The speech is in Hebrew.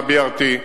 ה-BRT,